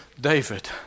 David